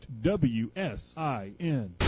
WSIN